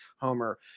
Homer